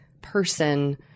person